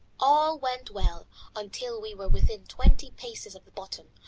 all went well until we were within twenty paces of the bottom,